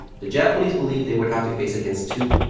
the japanese believed they would have to face against two,